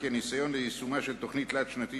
כי הניסיון ליישומה של תוכנית תלת-שנתית